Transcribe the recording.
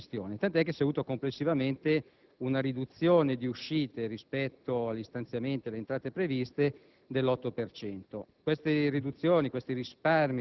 prevalentemente alla scorsa gestione, tanto che si è avuta complessivamente una riduzione di uscite rispetto agli stanziamenti e alle entrate previste